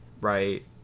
right